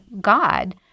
God